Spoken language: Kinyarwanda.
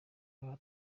aha